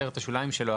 כותרת השוליים שלו,